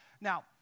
Now